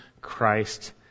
Christ